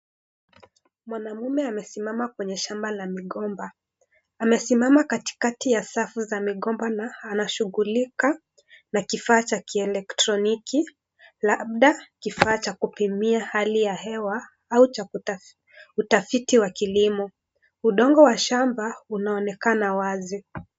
Mwanamume amesimama kwenye shamba la migomba. Amesimama katikati ya safu za migomba na anashughulika na kifaa cha kielektroniki, labda kifaa cha kupimia hali ya hewa au cha utafiti wa kilimo. Udongo wa shamba unaonekana wazi.